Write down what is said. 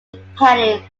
depending